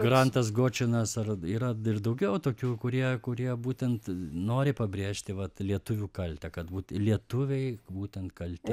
grantas gočinas ar yra ir daugiau tokių kurie kurie būtent nori pabrėžti vat lietuvių kaltę kad būt lietuviai būtent kalti